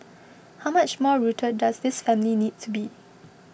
how much more rooted does this family need to be